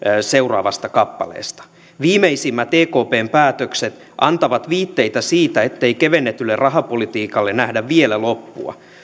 seuraavasta kappaleesta viimeisimmät ekpn päätökset antavat viitteitä siitä ettei kevennetylle rahapolitiikalle nähdä vielä loppua